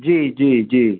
جی جی جی